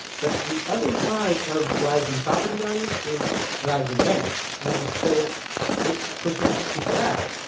but the other side of rising property values is rising rents. and so it's pushing people out,